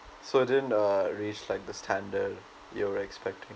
so it didn't uh reach like the standard you're expecting